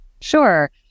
Sure